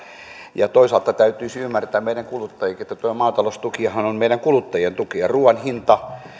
ja toisaalta täytyisi ymmärtää meidän kuluttajienkin että maataloustukihan on meidän kuluttajien tuki ruuan hinta